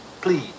please